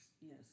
Yes